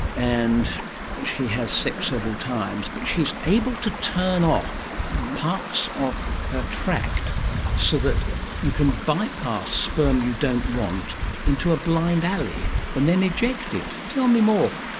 and she has sex several times, but she is able to turn off parts of her tract so that you can bypass sperm you don't want into a blind alley and then eject it. tell me more.